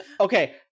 okay